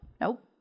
nope